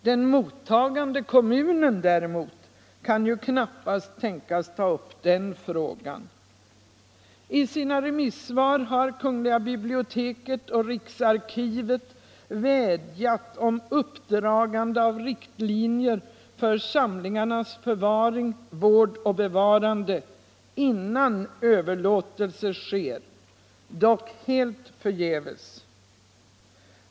Den mottagande kommunen däremot kan knappast tänkas ta upp den frågan. I sina remissvar har kungl. biblioteket och riksarkivet vädjat om uppdragande av riktlinjer för samlingarnas förvaring, vård och bevarande innan överlåtelse sker, dock helt förgäves.